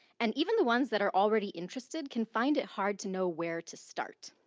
and even the ones that are already interested can find it hard to know where to start.